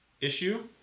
issue